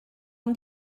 ond